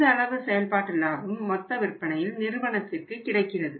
இந்தளவு செயல்பாட்டு லாபம் மொத்த விற்பனையில் நிறுவனத்திற்கு கிடைக்கிறது